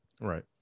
Right